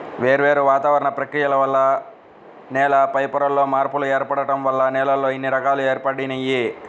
వేర్వేరు వాతావరణ ప్రక్రియల వల్ల నేల పైపొరల్లో మార్పులు ఏర్పడటం వల్ల నేలల్లో ఇన్ని రకాలు ఏర్పడినియ్యి